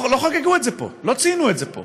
לא חגגו את זה פה, לא ציינו את זה פה.